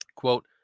quote